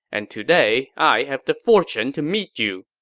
and today i have the fortune to meet you.